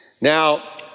now